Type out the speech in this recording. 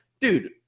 dude